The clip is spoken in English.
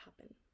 happen